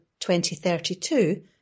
2032